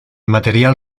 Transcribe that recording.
material